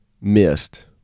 missed